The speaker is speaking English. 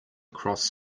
cross